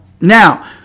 Now